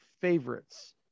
favorites